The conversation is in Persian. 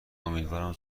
امیدوارم